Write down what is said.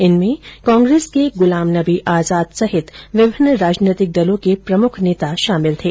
इनमें कांग्रेस के गुलाम नबी आजाद सहित विभिन्न राजनीतिक दलों के प्रमुख नेता शामिल थे